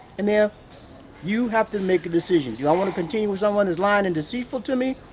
and then you have to make a decision. do i want to continue with someone who's lying and deceitful to me?